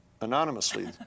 anonymously